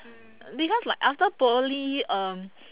because like after poly um